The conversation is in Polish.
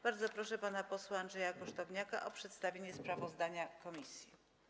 Bardzo proszę pana posła Andrzeja Kosztowniaka o przedstawienie sprawozdania komisji.